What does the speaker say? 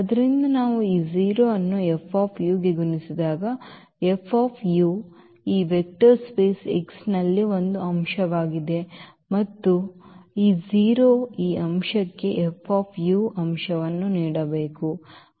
ಆದ್ದರಿಂದ ನಾವು ಈ 0 ಅನ್ನು F ಗೆ ಗುಣಿಸಿದಾಗ F ಈ ವೆಕ್ಟರ್ ಸ್ಪೇಸ್ X ನಲ್ಲಿ ಒಂದು ಅಂಶವಾಗಿದೆ ಮತ್ತು ಮತ್ತೆ ಈ 0 ಈ ಅಂಶಕ್ಕೆ F 0 ಅಂಶವನ್ನು ನೀಡಬೇಕು